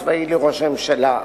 המזכיר הצבאי לראש הממשלה,